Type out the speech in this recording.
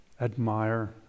admire